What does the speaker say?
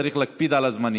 צריך להקפיד על הזמנים.